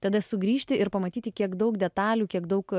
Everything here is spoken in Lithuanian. tada sugrįžti ir pamatyti kiek daug detalių kiek daug